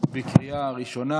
בקריאה הראשונה.